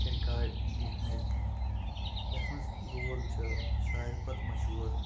record لیکھمٕتۍ یَتھ منٛز لول چھِ ساروٕے کھۄتہٕ مشہوٗر